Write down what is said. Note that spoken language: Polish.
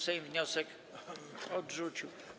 Sejm wniosek odrzucił.